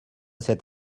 cet